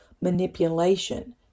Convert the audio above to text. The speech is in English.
manipulation